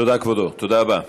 תודה, כבודו, תודה רבה.